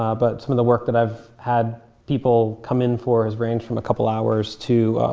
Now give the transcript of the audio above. ah but some of the work that i've had people come in for has branched from a couple hours to